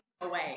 away